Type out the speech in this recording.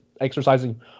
exercising